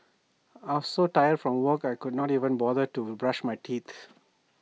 I was so tired from work I could not even bother to brush my teeth